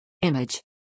Image